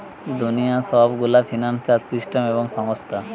দুনিয়ার সব গুলা ফিন্সিয়াল সিস্টেম এবং সংস্থা